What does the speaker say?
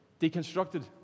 deconstructed